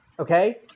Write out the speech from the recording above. Okay